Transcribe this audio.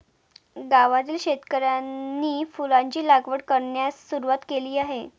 गावातील शेतकऱ्यांनी फुलांची लागवड करण्यास सुरवात केली आहे